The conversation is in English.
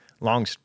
long